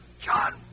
John